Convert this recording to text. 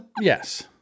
yes